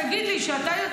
תגיד לי כשאתה,